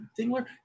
dingler